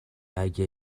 اگه